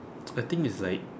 I think it's like